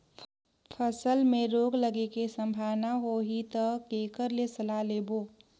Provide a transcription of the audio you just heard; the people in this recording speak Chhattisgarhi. फसल मे रोग लगे के संभावना होही ता के कर ले सलाह लेबो?